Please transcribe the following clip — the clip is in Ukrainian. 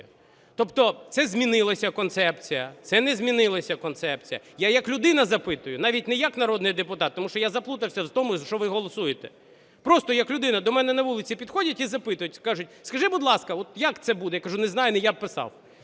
Тобто це змінилася концепція, це не змінилася концепція? Я як людина запитую, навіть не як народний депутат, тому що я заплутався в тому, за що ви голосуєте, просто як людина. До мене на вулиці підходять і запитують, кажуть: скажи, будь ласка, як це буде. Кажу: "Не знаю, не я писав".